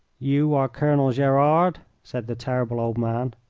you are colonel gerard? said the terrible old man.